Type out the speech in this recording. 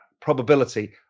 probability